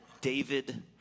David